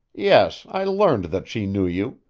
yes, i learned that she knew you.